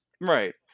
Right